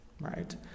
right